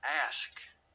Ask